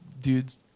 dudes